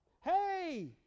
Hey